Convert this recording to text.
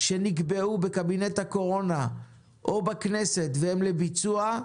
שנקבעו בקבינט הקורונה או בכנסת, והן לביצוע,